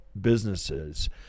businesses